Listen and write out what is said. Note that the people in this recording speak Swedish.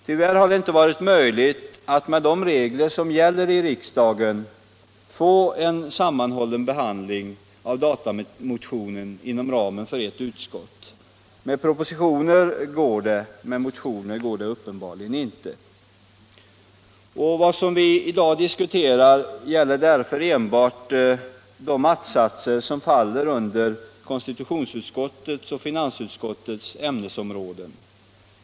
Tyvärr har det inte varit möjligt att med de regler som gäller i riksdagen få en sammanhållen behandling av datamotionen inom ramen för ert utskott. Med propositioner går det, med motioner går det uppenbarligen inte. Vad vi i dag diskuterar gäller därför enbart de att-satser som faller under konstitutionsutskottets och finansutskottets ämnesområden.